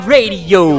Radio